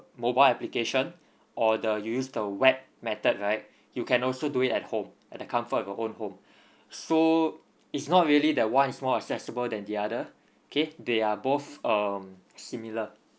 mobile application or the you use the web method right you can also do it at home at the comfort of your own home so it's not really that one is more accessible than the other K they are both um similar